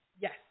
Yes